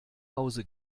hause